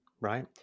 right